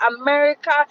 America